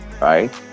right